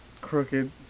crooked